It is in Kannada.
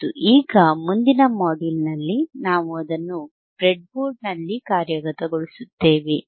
ಮತ್ತು ಈಗ ಮುಂದಿನ ಮಾಡ್ಯೂಲ್ನಲ್ಲಿ ನಾವು ಅದನ್ನು ಬ್ರೆಡ್ಬೋರ್ಡ್ನಲ್ಲಿ ಕಾರ್ಯಗತಗೊಳಿಸುತ್ತೇವೆ